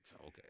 Okay